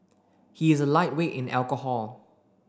he is a lightweight in alcohol